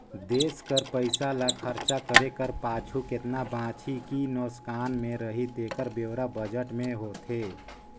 देस कर पइसा ल खरचा करे कर पाछू केतना बांचही कि नोसकान में रही तेकर ब्योरा बजट में होथे